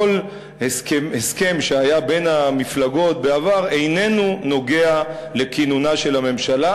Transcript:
כל הסכם שהיה בין המפלגות בעבר איננו נוגע לכינונה של הממשלה.